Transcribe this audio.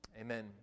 Amen